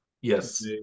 yes